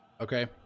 Okay